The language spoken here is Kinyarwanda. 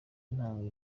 intango